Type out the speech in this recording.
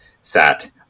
sat